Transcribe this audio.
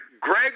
Greg